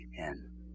Amen